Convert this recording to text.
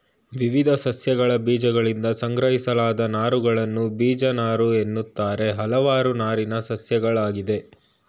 ವಿವಿಧ ಸಸ್ಯಗಳಬೀಜಗಳಿಂದ ಸಂಗ್ರಹಿಸಲಾದ ನಾರುಗಳನ್ನು ಬೀಜನಾರುಎನ್ನುತ್ತಾರೆ ಹಲವಾರು ನಾರಿನ ಸಸ್ಯಗಳಯ್ತೆ